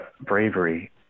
bravery